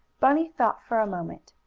bunny thought for a moment.